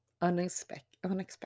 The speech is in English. unexpected